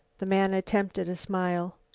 the man attempted a smile.